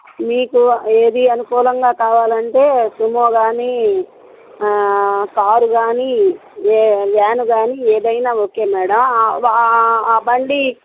మీకు ఏది అనుకూలంగా కావాలంటే సుమో కానీ కార్ కానీ వ్యాన్ కానీ ఏదైనా ఓకే మ్యాడమ్ బండి